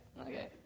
Okay